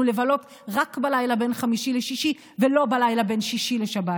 לבלות רק בלילה בין חמישי לשישי ולא בלילה בין שישי לשבת,